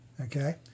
Okay